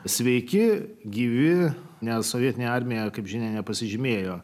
sveiki gyvi net sovietinė armija kaip žinia nepasižymėjo